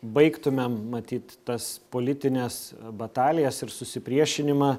baigtumėm matyt tas politines batalijas ir susipriešinimą